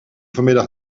vanmiddag